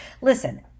listen